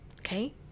okay